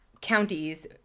counties